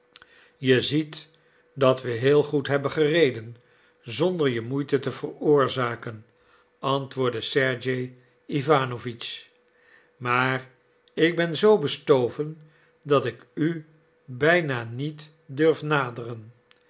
je ziet dat we heel goed hebben gereden zonder je moeite te veroorzaken antwoordde sergej iwanowitsch maar ik ben zoo bestoven dat ik u bijna niet durf naderen